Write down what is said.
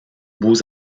beaux